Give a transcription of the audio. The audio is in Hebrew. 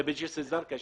זה בג'יסר א זרקא.